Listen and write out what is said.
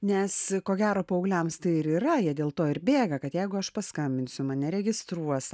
nes ko gero paaugliams tai ir yra jie dėl to ir bėga kad jeigu aš paskambinsiu mane registruos